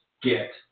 get